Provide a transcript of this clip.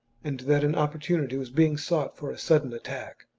and that an opportunity was being sought for a sudden attack.